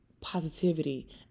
Positivity